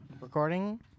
Recording